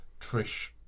Trish